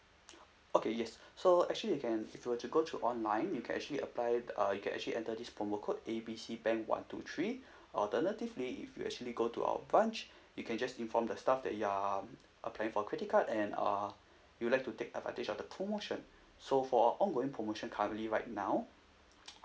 okay yes so actually you can if you were to go through online you can actually apply uh you can actually enter this promo code A B C bank one two three alternatively if you actually go to our branch you can just inform the staff that you are apply for credit card and uh you like to take advantage of the promotion so for ongoing promotion currently right now